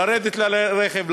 לרדת לרכב,